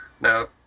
now